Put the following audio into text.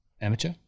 Amateur